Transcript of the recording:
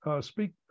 speak